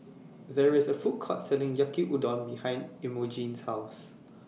There IS A Food Court Selling Yaki Udon behind Imogene's House